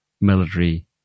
military